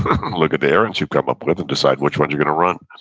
look at the errands you've come up with and decide which ones you're going to run.